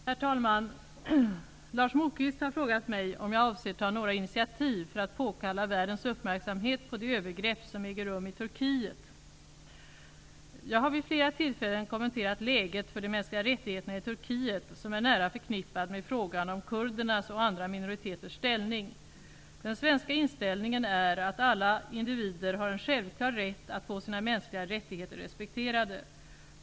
Herr talman! Lars Moquist har frågat mig om jag avser ta några initiativ för att påkalla världens uppmärksamhet på de övergrepp som äger rum i Jag har vid flera tillfällen kommenterat läget för de mänskliga rättigheterna i Turkiet, som är nära förknippat med frågan om kurdernas och andra minoriteters ställning. Den svenska inställningen är att alla individer har en självklar rätt att få sina mänskliga rättigheter respekterade.